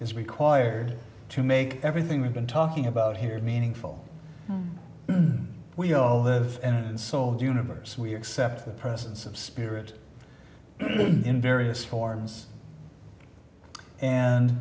is required to make everything we've been talking about here meaningful we know the end saw the universe we accept the presence of spirit in various forms and